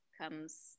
comes